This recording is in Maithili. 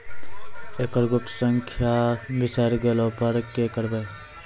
एकरऽ गुप्त संख्या बिसैर गेला पर की करवै?